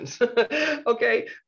Okay